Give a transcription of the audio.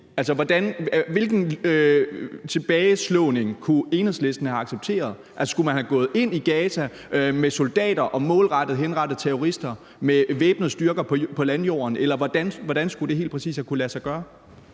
slå tilbage på kunne Enhedslisten have accepteret? Skulle man være gået ind i Gaza med soldater og målrettet have henrettet terrorister med væbnede styrker på landjorden, eller hvordan skulle det helt præcis kunne have ladet sig gøre?